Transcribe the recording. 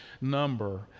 number